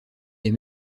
les